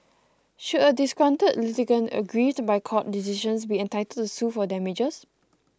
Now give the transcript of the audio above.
should a disgruntled litigant aggrieved by court decisions be entitled to sue for damages